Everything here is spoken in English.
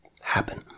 happen